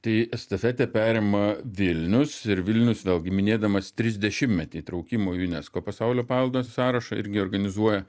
tai estafetę perima vilnius ir vilnius vėlgi minėdamas trisdešimtmetį įtraukimo į unesco pasaulio paveldo sąrašą irgi organizuoja